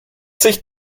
sich